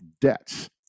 debts